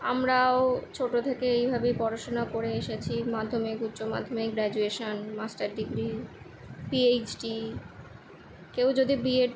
আমরাও ছোটো থেকে এইভাবেই পড়াশুনা করে এসেছি মাধ্যমিক উচ্চ মাধ্যমিক graduation master degree P H D কেউ যদি বি এড